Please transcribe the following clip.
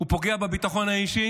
הוא פוגע בביטחון האישי